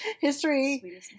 history